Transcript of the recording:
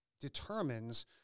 determines